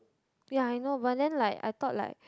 ya I know but then like I thought like